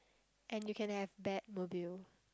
and you can have Batmobile